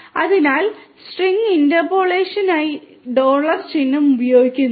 അതിനാൽ സ്ട്രിംഗ് ഇന്റർപോളേഷനായി ഡോളർ ചിഹ്നം ഉപയോഗിക്കുന്നു